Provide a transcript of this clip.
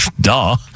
Duh